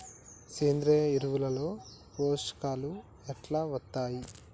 సేంద్రీయ ఎరువుల లో పోషకాలు ఎట్లా వత్తయ్?